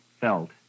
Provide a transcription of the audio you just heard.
felt